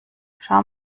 schau